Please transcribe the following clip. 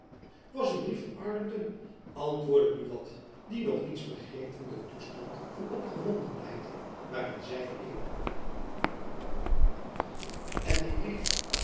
was een brief van arlington antwoordde buat die nog niets begreep van den toestand van opgewondenheid waarin zy verkeerde en dien brief